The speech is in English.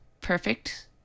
perfect